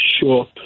Sure